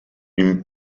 une